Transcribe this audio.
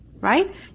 Right